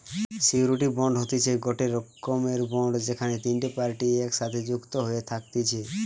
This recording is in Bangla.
সিওরীটি বন্ড হতিছে গটে রকমের বন্ড যেখানে তিনটে পার্টি একসাথে যুক্ত হয়ে থাকতিছে